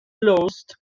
loses